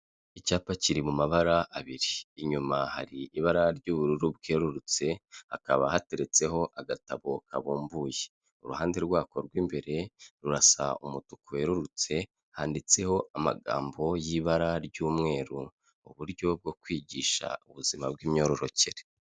Icyapa kiri mu mabara abiri. Inyuma hari ibara ry'ubururu bwererutse, hakaba hateretseho agatabo kabumbuye. Uruhande rwako rw'imbere rurasa umutuku werurutse, handitseho amagambo y'ibara ry'umweru uburyo bwo kwigisha ubuzima bw'imyororokere.